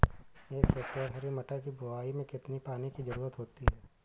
एक हेक्टेयर हरी मटर की बुवाई में कितनी पानी की ज़रुरत होती है?